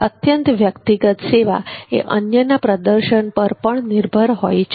અત્યંત વ્યક્તિગત સેવા એ અન્યના પ્રદર્શન પર પણ નિર્ભર હોય છે